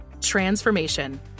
Transformation